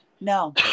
no